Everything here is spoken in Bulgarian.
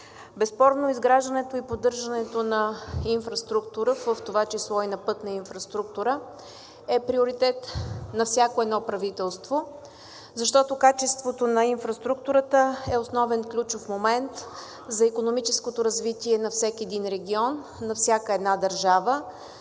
Безспорно изграждането и поддържането на инфраструктура, в това число и на пътна инфраструктура, е приоритет на всяко едно правителство. Защото качеството на инфраструктурата е основен, ключов момент за икономическото развитие на всеки един регион, на всяка една държава,